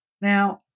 Now